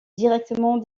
directement